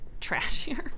trashier